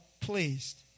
pleased